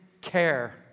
care